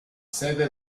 sede